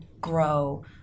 grow